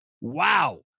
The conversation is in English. Wow